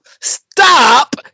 Stop